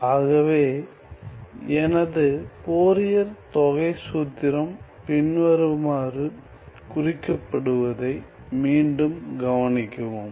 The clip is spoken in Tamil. ஆகவே எனது ஃபோரியர் தொகை சூத்திரம் பின்வருமாறு குறிக்கப்படுவதை மீண்டும் கவனிக்கவும்